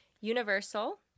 Universal